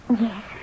Yes